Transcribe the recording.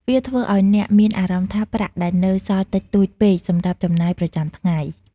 វាធ្វើឲ្យអ្នកមានអារម្មណ៍ថាប្រាក់ដែលនៅសល់តិចតួចពេកសម្រាប់ចំណាយប្រចាំថ្ងៃ។